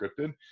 scripted